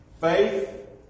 faith